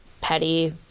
petty